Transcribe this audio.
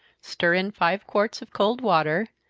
stir in five quarts of cold water,